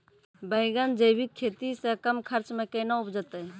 बैंगन जैविक खेती से कम खर्च मे कैना उपजते?